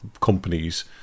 companies